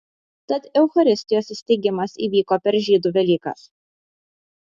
tad eucharistijos įsteigimas įvyko per žydų velykas